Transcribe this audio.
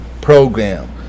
program